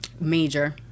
Major